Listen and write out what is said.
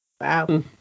Wow